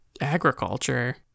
agriculture